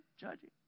judging